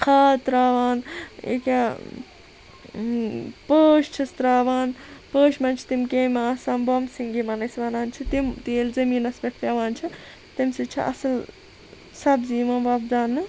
کھاد تراوان اکیاہ پٲش چھِس تراوان پٲش مَنٛز چھِ تِم کیٚم آسان بمسِنٛگ یِمَن أسۍ وَنان چھِ تِم تہِ ییٚلہِ زمیٖنَس پٮ۪ٹھ پیٚوان چھِ تمہِ سۭتۍ چھِ اَصل سَبزی یِوان وۄبداونہٕ